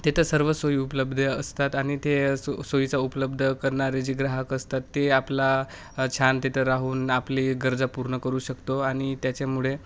तिथं सर्व सोयी उपलब्ध असतात आणि ते सो सोईचा उपलब्ध करणारे जे ग्राहक असतात ते आपला छान तिथं राहून आपली गरजा पूर्ण करू शकतो आणि त्याच्यामुळे